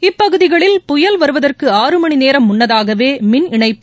இப்பகுதிகளில் புயல் வருவதற்கு ஆறு மணி நேரம் முன்னதாகவே மின் இணைப்பு